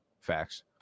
facts